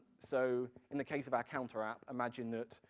so in the case of our counter app, imagine that,